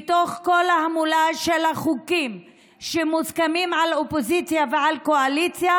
בתוך כל ההמולה של החוקים שמוסכמים על האופוזיציה ועל הקואליציה,